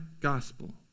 gospel